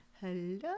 Hello